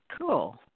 Cool